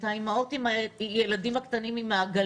את האימהות עם הילדים הקטנים עם העגלות.